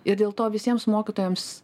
ir dėl to visiems mokytojams